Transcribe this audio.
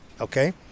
Okay